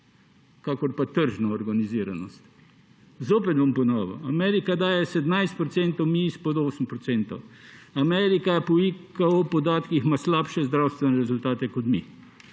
kakor pa tržna organiziranost. Zopet bom ponovil, Amerika daje 17 %, mi izpod 8 %. Amerika po podatkih ima slabše zdravstvene rezultate kot mi,